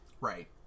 Right